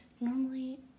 normally